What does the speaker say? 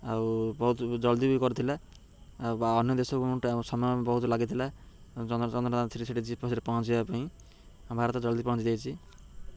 ଆଉ ବହୁତ ଜଲ୍ଦି ବି କରିଥିଲା ଆଉ ଅନ୍ୟ ଦେଶକୁ ସମୟ ବହୁତ ଲାଗିଥିଲା ଚନ୍ଦ୍ରଯାନ ଥ୍ରୀ ସେଇଠି ପହଞ୍ଚିବା ପାଇଁ ଭାରତ ଜଲ୍ଦି ପହଞ୍ଚିଯାଇଛି